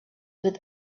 with